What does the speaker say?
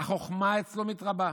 החוכמה אצלו מתרבה.